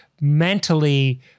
mentally